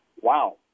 wow